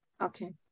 Okay